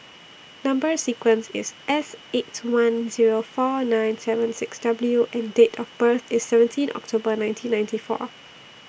Number sequence IS S eight one Zero four nine seven six W and Date of birth IS seventeen October nineteen ninety four